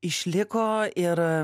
išliko ir